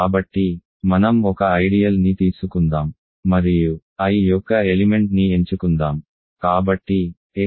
కాబట్టి మనం ఒక ఐడియల్ ని తీసుకుందాం మరియు I యొక్క ఎలిమెంట్ ని ఎంచుకుందాం